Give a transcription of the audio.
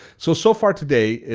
so so far today,